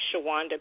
Shawanda